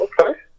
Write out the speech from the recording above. Okay